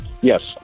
Yes